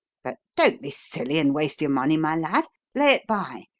but don't be silly and waste your money, my lad. lay it by.